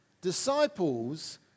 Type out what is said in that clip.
Disciples